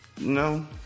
no